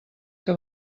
que